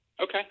Okay